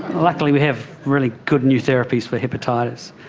luckily we have really good new therapies for hepatitis.